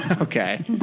Okay